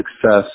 success